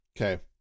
okay